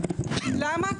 למה?